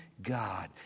God